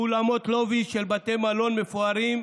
באולמות לובי של בתי מלון מפוארים,